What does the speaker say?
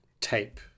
tape